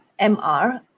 MR